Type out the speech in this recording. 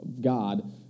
God